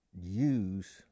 use